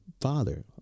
father